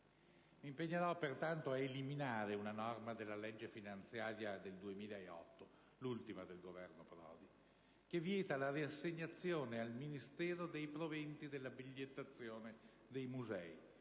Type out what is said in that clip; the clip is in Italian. mi impegnerò a eliminare una norma della legge finanziaria del 2008, l'ultima del Governo Prodi, che vieta la riassegnazione al Ministero dei proventi della bigliettazione dei musei,